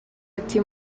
ati